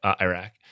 Iraq